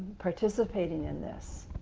participating in this,